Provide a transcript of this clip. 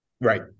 Right